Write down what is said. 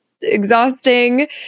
exhausting